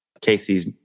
Casey's